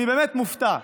אני באמת מופתע.